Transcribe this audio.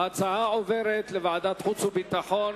ההצעה עוברת לוועדת החוץ והביטחון.